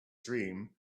dream